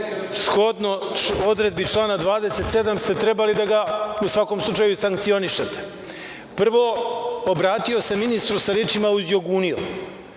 shodno odredbama člana 27. ste trebali da ga, u svakom slučaju, sankcionišete. Prvo, obratio se ministru sa rečima uzjogunio.